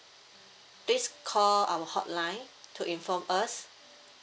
please call our hotline to inform us